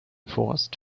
forced